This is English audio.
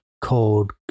called